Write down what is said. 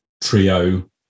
trio